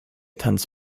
tanz